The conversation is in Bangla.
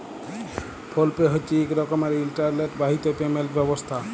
ফোল পে হছে ইক রকমের ইলটারলেট বাহিত পেমেলট ব্যবস্থা